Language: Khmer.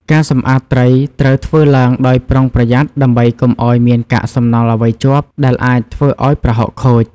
ការសម្អាតត្រីត្រូវធ្វើឡើងដោយប្រុងប្រយ័ត្នដើម្បីកុំឱ្យមានកាកសំណល់អ្វីជាប់ ដែលអាចធ្វើឱ្យប្រហុកខូច។